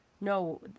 No